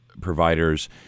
providers